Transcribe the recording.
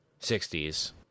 60s